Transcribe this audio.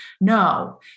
no